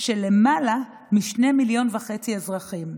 של למעלה משניים וחצי מיליון אזרחים,